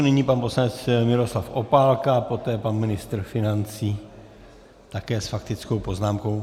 Nyní pan poslanec Miroslav Opálka, poté pan ministr financí, také s faktickou poznámkou.